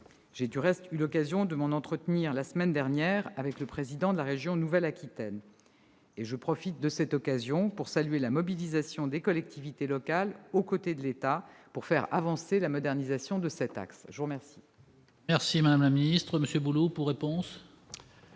J'ai du reste eu l'occasion de m'en entretenir la semaine dernière avec le président de la région Nouvelle-Aquitaine. Je profite de cette occasion pour saluer la mobilisation des collectivités locales aux côtés de l'État pour faire avancer la modernisation de cet axe. La parole est à M. Yves Bouloux. Je vous